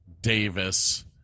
Davis